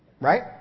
Right